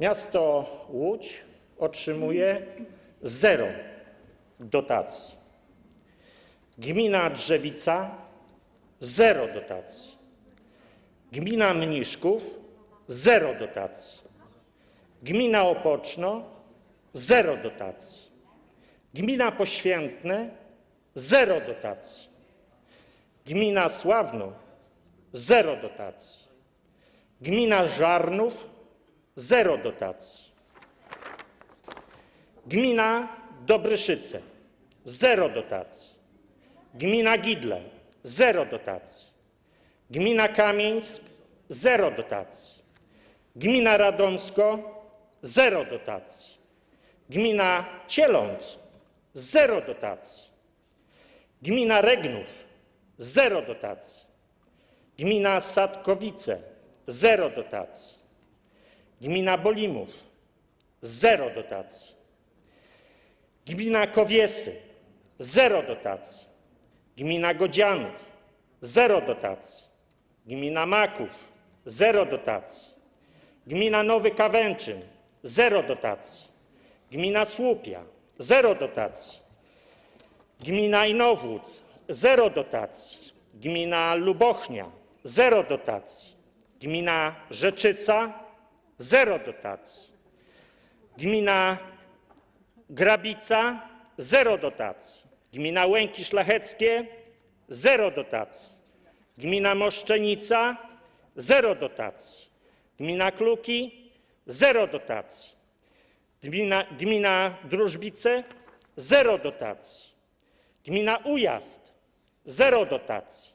Miasto Łódź otrzymuje zero dotacji, gmina Drzewica - zero dotacji, gmina Mniszków - zero dotacji, gmina Opoczno - zero dotacji, gmina Poświętne - zero dotacji, gmina Sławno - zero dotacji, gmina Żarnów - zero dotacji, gmina Dobryszyce - zero dotacji, gmina Gidle - zero dotacji, gmina Kamieńsk - zero dotacji, gmina Radomsko - zero dotacji, gmina Cielądz - zero dotacji, gmina Regnów - zero dotacji, gmina Sadkowice - zero dotacji, gmina Bolimów - zero dotacji, gmina Kowiesy - zero dotacji, gmina Godzianów - zero dotacji, gmina Maków - zero dotacji, gmina Nowy Kawęczyn - zero dotacji, gmina Słupia - zero dotacji, gmina Inowłódz - zero dotacji, gmina Lubochnia - zero dotacji, gmina Rzeczyca - zero dotacji, gmina Grabica - zero dotacji, gmina Łęki Szlacheckie - zero dotacji, gmina Moszczenica - zero dotacji, gmina Kluki - zero dotacji, gmina Drużbice - zero dotacji, gmina Ujazd - zero dotacji,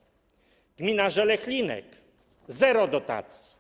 gmina Żelechlinek - zero dotacji.